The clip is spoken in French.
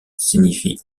signifie